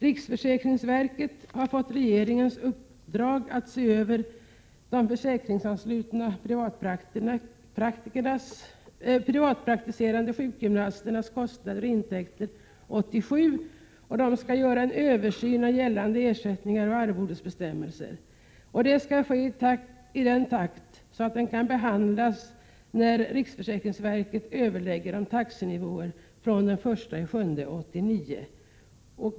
Riksförsäkringsverket har fått regeringens uppdrag att se över de försäkringsanslutna privatpraktiserande sjukgymnasternas kostnader och intäkter avseende 1987. Verket skall också göra en översyn av gällande ersättningsoch arvodesbestämmelser. Detta skall ske i sådan takt att resultatet av översynen kan behandlas när riksförsäkringsverket överlägger om taxenivån fr.o.m. den 1 juli 1989.